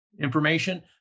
information